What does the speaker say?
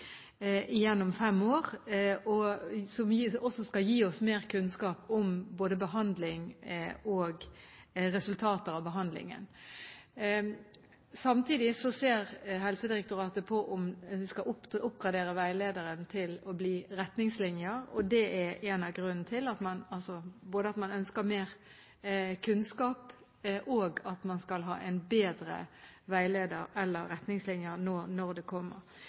gjennom fem år – som skal gi oss mer kunnskap om både behandling og resultater av behandlingen. Samtidig ser Helsedirektoratet på om vi skal oppgradere veilederen til å bli retningslinjer. Så det er flere grunner: både at man ønsker mer kunnskap, og at man skal ha en bedre veileder – eller retningslinjer – nå når det kommer.